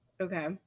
Okay